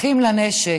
אחים לנשק.